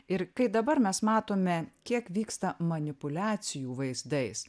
ir kai dabar mes matome kiek vyksta manipuliacijų vaizdais